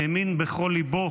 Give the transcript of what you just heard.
האמין בכל ליבו